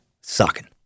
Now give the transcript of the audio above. sucking